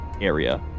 area